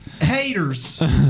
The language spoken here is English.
haters